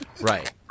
Right